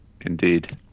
Indeed